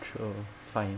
true sigh